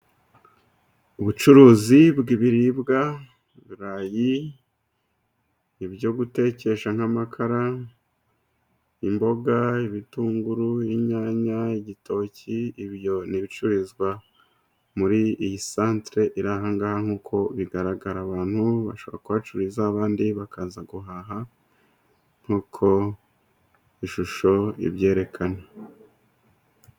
Ubucuruzi bw'ibiribwa ibirayi, ibyo gutekesha nk'amakara, imboga, ibitunguru, inyanya, igitoki ibyo ni ibicururizwa muri iyi santere iri aha ngaha nkuko bigaragara, abantu bashobora kuhacururiza abandi bakaza guhaha nkuko ishusho ibyerekana.